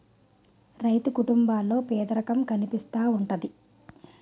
రైతు కుటుంబాల్లో పేదరికం కనిపిస్తా ఉంటది